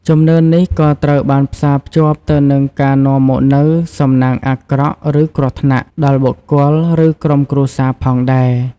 ជំនឿនេះក៏ត្រូវបានផ្សារភ្ជាប់ទៅនឹងការនាំមកនូវ សំណាងអាក្រក់ ឬគ្រោះថ្នាក់ ដល់បុគ្គល ឬក្រុមគ្រួសារផងដែរ។